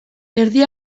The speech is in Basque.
erdi